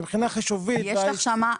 מבחנה חישובית --- יש לך שם,